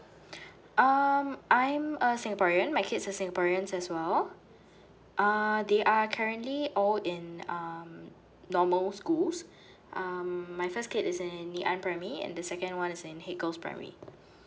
um I'm a singaporean my kid is singaporean as well uh they are currently all in um normal schools um my first kid is in ngee ann primary and the second one is in heage primary